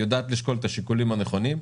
היא יודעת לשקול את השיקולים הנכונים,